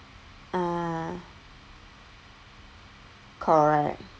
ah correct